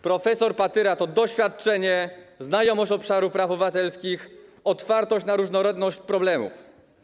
Prof. Patyra to doświadczenie, znajomość obszaru praw obywatelskich, otwartość na różnorodność problemów.